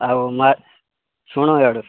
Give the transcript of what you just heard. ଆଉ ଶୁଣ ଇଆଡ଼ୁକୁ